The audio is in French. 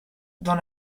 dans